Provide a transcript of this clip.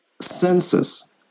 senses